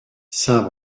saint